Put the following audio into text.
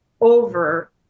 over